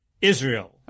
Israel